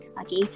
okay